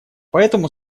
поэтому